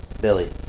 Billy